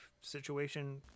situation